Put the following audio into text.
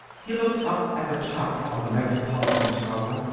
he looked up at the top of the metropolitan tower.